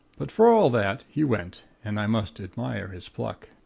but, for all that, he went and i must admire his pluck.